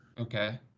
Okay